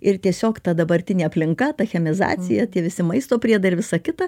ir tiesiog ta dabartinė aplinka chemizacija tie visi maisto priedai ir visa kita